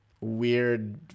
weird